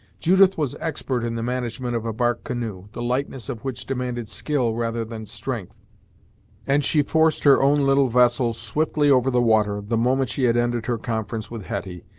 judith was expert in the management of a bark canoe, the lightness of which demanded skill rather than strength and she forced her own little vessel swiftly over the water, the moment she had ended her conference with hetty,